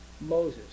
Moses